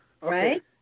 Right